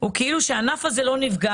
שהענף הזה לא נפגע.